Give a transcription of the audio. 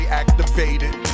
activated